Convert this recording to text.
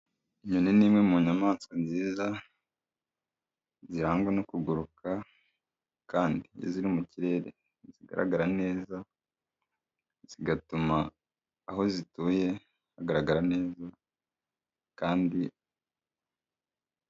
Inyoni ni imwe mu nyamaswa nziza zirangwa no kuguruka, kandi iyo ziri mu kirere ntizigaragara neza, zigatuma aho zituye hagaragara neza kandi...